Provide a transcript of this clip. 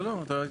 לא, לא.